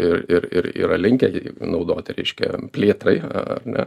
ir ir ir yra linkę jį naudoti reiškia plėtrai ar ne